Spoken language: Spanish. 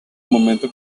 momento